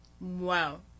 wow